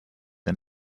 and